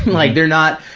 like they're not,